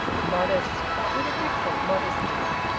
modest, but with a different modesty!